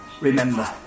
remember